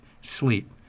sleep